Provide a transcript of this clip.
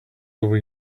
over